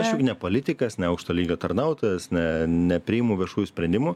aš juk ne politikas ne aukšto lygio tarnautojas ne nepriimu viešųjų sprendimų